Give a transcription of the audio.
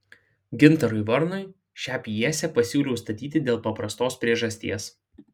gintarui varnui šią pjesę pasiūliau statyti dėl paprastos priežasties